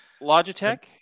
Logitech